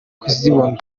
kuzibona